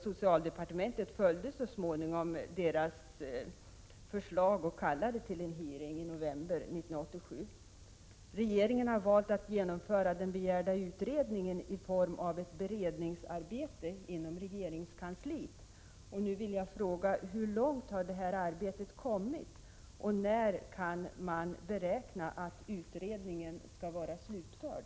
Socialdepartementet följde så småningom deras förslag och kallade till en hearing i november 1987. Regeringen har valt att genomföra den begärda utredningen i form av ett beredningsarbete inom regeringskansliet. Hur långt har detta arbete kommit, och när har man beräknat att utredningen skall vara slutförd?